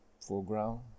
foreground